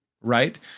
right